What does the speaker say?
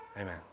Amen